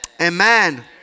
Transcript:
Amen